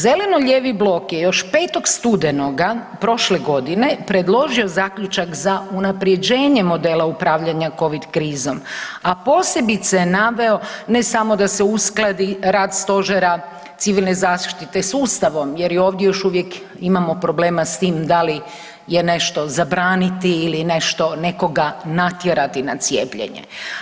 Zeleno-lijevi blok je još 5. Studenoga prošle godine predložio zaključak za unapređenje modela upravljanja covid krizom, a posebice je naveo ne samo da se uskladi rad Stožera Civilne zaštite sa Ustavom jer i ovdje još uvijek imamo problema sa tim da li je nešto zabraniti ili nešto nekoga natjerati na cijepljenje.